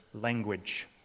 language